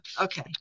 Okay